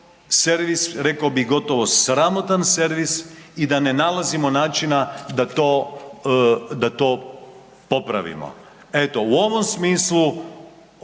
rekao bih gotovo sramotan servis i da ne nalazimo načina da to popravimo. Eto u ovom smislu